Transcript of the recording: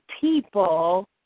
people